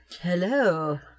hello